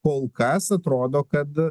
kol kas atrodo kad